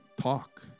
talk